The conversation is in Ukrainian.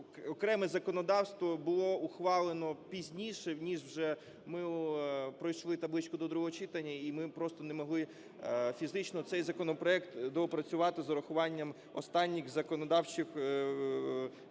окреме законодавство було ухвалено пізніше, ніж вже ми пройшли табличку до другого читання, і ми просто не могли фізично цей законопроект доопрацювати з урахуванням останніх законодавчих змін.